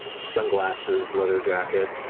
sunglasses, leather jacket,